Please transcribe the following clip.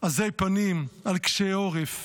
עזי פנים, על קשי עורף,